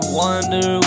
wonder